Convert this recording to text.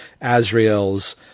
Azrael's